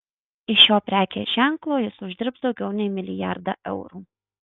iš šio prekės ženklo jis uždirbs daugiau nei milijardą eurų